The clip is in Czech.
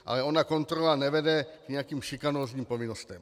Ale ona kontrola nevede k nějakým šikanózním povinnostem.